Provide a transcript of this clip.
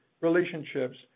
relationships